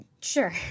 Sure